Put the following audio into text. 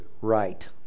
right